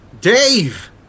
Dave